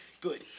Good